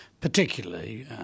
particularly